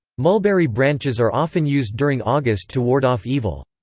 mulberry branches are often used during august to ward off evil.